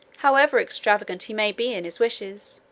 however extravagant he may be in his wishes.